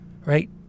right